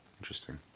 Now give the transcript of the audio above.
Interesting